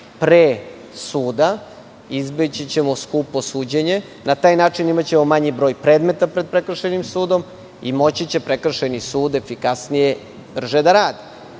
pre suda, izbeći ćemo skupo suđenje. Na taj način imaćemo manji broj predmeta pred prekršajnim sudom i moći će prekršajni sud efikasnije i brže da radi.